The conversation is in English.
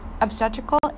obstetrical